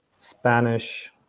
Spanish